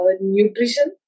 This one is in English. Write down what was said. Nutrition